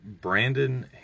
Brandon